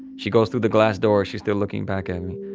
she goes through the glass door, she's still looking back and